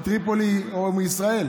מטריפולי או מישראל.